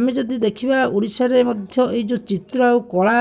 ଆମେ ଯଦି ଦେଖିବା ଓଡ଼ିଶାରେ ମଧ୍ୟ ଏହି ଯେଉଁ ଚିତ୍ର ଆଉ କଳା